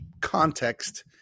context